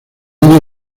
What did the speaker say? año